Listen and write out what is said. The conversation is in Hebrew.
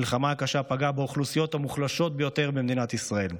המלחמה הקשה פגעה באוכלוסיות המוחלשות ביותר במדינת ישראל.